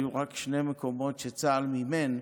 היו רק שני מקומות שצה"ל מימן.